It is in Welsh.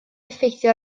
effeithio